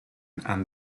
and